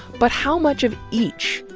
but how much of each?